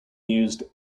used